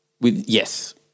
Yes